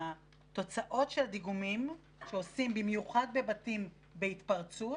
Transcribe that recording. התוצאות של דיגומים שעושים במיוחד בבתים בהתפרצות